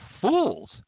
fools